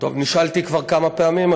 נשאלתי כבר כמה פעמים,